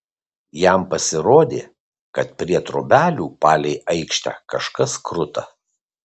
jam pasirodė kad prie trobelių palei aikštę kažkas kruta